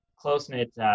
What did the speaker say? close-knit